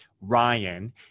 ryan